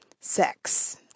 sex